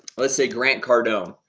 let's say grant cardone.